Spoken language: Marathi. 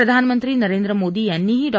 प्रधानमंत्री नरेंद्र मोदी यांनीही डॉ